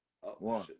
One